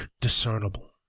discernible